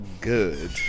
Good